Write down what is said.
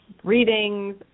readings